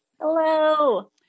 Hello